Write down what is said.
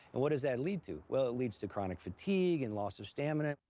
and what does that lead to? well, it leads to chronic fatigue and loss of stamina.